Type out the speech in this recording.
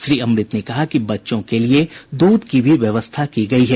श्री अमृत ने कहा कि बच्चों के लिये दूध की भी व्यवस्था की गयी है